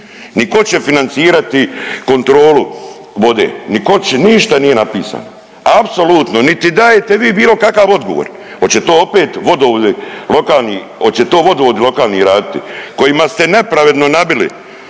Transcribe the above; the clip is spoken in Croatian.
Ni ko će financirati kontrolu vode, ni ko će, ništa nije napisano. Apsolutno niti dajete vi bilo kakav odgovor. Oće to opet vodovodi lokalni, oće to vodovodi lokalni raditi koja ste nepravedno nabili